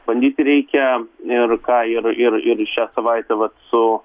bandyti reikia ir ką ir ir ir šią savaitę vat su